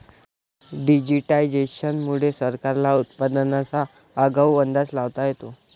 digitisation मुळे सरकारला उत्पादनाचा आगाऊ अंदाज लावता येतो